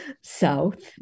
south